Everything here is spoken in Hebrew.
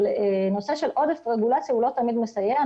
אבל נושא של עודף רגולציה לא תמיד מסייע.